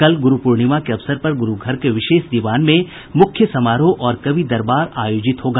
कल गुरू पूर्णिमा के अवसर पर गुरू घर के विशेष दीवान में मुख्य समारोह और कवि दरबार आयोजित होगा